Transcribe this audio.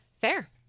Fair